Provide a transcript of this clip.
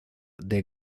the